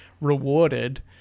rewarded